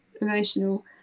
emotional